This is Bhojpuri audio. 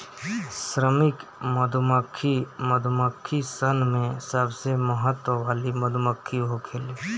श्रमिक मधुमक्खी मधुमक्खी सन में सबसे महत्व वाली मधुमक्खी होखेले